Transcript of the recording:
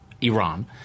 Iran